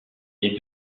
est